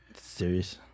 Serious